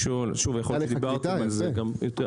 יפה.